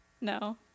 no